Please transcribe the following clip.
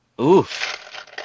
Oof